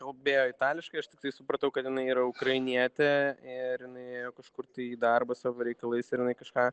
kalbėjo itališkai aš tiktai supratau kad jinai yra ukrainietė ir jinai ėjo kažkur tai į darbą savo reikalais ir jinai kažką